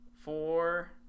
four